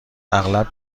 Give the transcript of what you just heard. اغلب